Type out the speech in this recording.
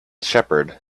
shepherd